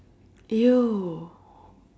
!eww!